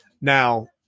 now